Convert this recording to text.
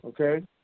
okay